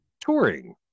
Touring